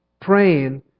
praying